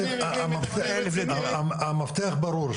המפתח ברור.